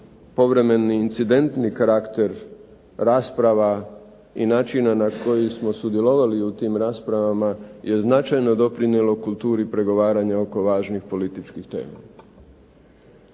povremeni incidentni karakter rasprava i načina na koji smo sudjelovali u tim raspravama je značajno doprinijelo kulturi pregovaranja oko važnih političkih tema.